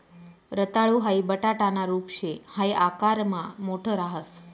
रताळू हाई बटाटाना रूप शे हाई आकारमा मोठ राहस